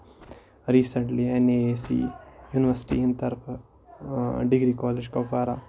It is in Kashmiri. رِسینٹلی اَنے اَسہِ یہِ یُنِورسِٹۍ ہِندۍ طرفہٕ ڈگری کالج کوپوارا